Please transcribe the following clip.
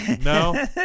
No